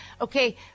okay